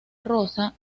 rosa